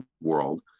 world